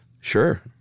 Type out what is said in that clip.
Sure